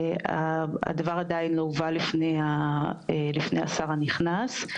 הדבר עדיין לא הובא לפני השר הנכנס.